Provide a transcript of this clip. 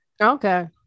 Okay